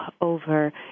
over